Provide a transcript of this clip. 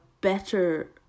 better